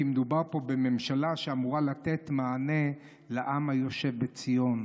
כי מדובר פה בממשלה שאמורה לתת מענה לעם היושב בציון,